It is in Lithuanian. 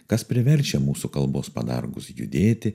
kas priverčia mūsų kalbos padargus judėti